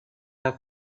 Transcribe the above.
have